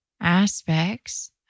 aspects